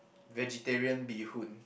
vegetarian bee hoon